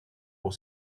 pour